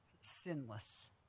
sinless